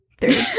three